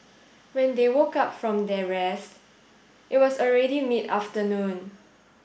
when they woke up from their rest it was already mid afternoon